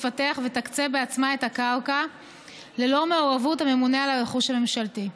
תפתח ותקצה בעצמה את הקרקע ללא מעורבות הממונה על הרכוש הממשלתי.